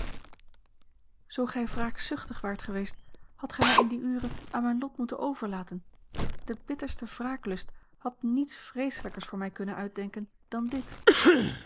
zoo gij wraakzuchtig waart geweest hadt gij mij in die ure aan mijn lot moeten overlaten de bitterste wraaklust had niets vreeselij kers voor mij kunnen uitdenken dan dit